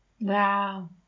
Wow